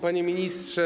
Panie Ministrze!